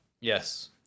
Yes